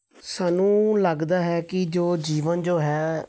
ਸਾਨੂੰ ਲੱਗਦਾ ਹੈ ਕਿ ਜੋ ਜੀਵਨ ਜੋ ਹੈ